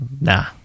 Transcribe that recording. Nah